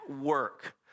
work